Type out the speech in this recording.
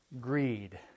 Greed